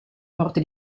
morte